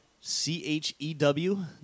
C-H-E-W